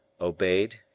obeyed